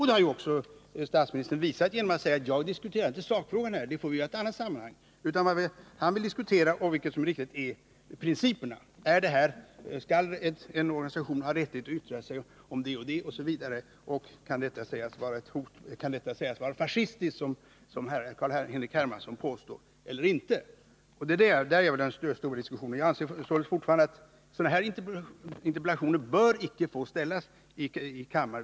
Det har statsministern också gett uttryck för när han sade att han inte diskuterar sakfrågorna utan att de får tas upp i ett annat sammanhang. Vad han vill diskutera — och det är riktigt — är principerna: Skall en organisation ha rätt att yttra sig i olika frågor? Eller kan detta, som herr Hermansson påstår, sägas vara fascistiskt? Det är i det sammanhanget som jag vill ha en stor diskussion. Jag anser fortfarande att interpellationer av det här slaget icke bör få framställas i kammaren.